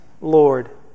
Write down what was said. Lord